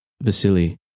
Vasily